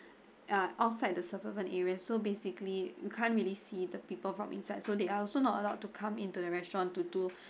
uh outside the suburban areas so basically you can't really see the people from inside so they are also not allowed to come into the restaurant to do